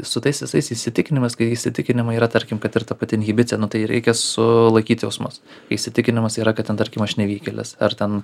su tais visais įsitikinimais kad įsitikinimai yra tarkim kad ir ta pati inhibicija nu tai reikia sulaikyt jausmus įsitikinimus yra kad ten tarkim aš nevykėlis ar ten